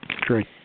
Great